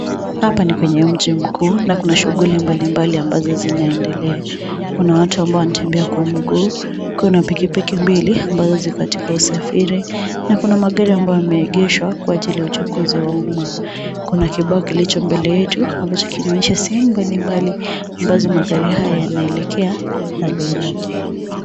Hapa ni kwenye mji mkuu na kuna shughuli mbalimbali ambazo zinaendelea. Kuna watu ambao wanatembea kwa mguu, kuna pikipiki mbili ambazo ziko katika usafiri na kuna magari ambayo yameegeshwa kwa ajili ya uchukuzi wa umma. Kuna kibao kilicho mbele yetu ambacho kinaonyesha sehemu mbalimbali ambazo magari haya yanaelekea na bei yake.